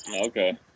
Okay